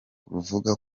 ruvuga